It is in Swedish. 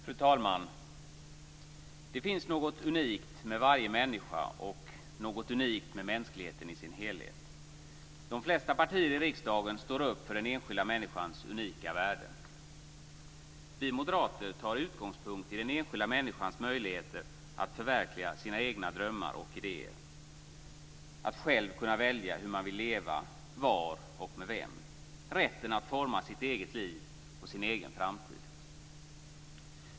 Fru talman! Det finns något unikt med varje människa och med mänskligheten i dess helhet. De flesta partier i riksdagen står upp för den enskilda människans unika värde. Vi moderater tar vår utgångspunkt i den enskilda människans möjligheter att förverkliga sina egna drömmar och idéer. Det handlar om att själv välja hur man vill leva, var och med vem och om rätten att forma sitt eget liv och sin egen framtid.